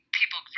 people